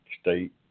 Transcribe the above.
state